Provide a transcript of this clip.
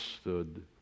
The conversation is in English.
stood